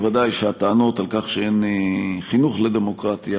ודאי שהטענות על כך שאין חינוך לדמוקרטיה